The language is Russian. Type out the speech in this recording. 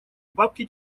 бабки